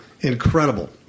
Incredible